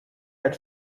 had